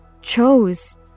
chose